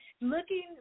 looking